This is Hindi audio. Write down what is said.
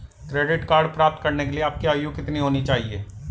क्रेडिट कार्ड प्राप्त करने के लिए आपकी आयु कितनी होनी चाहिए?